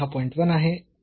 1 आहे 0